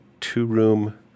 two-room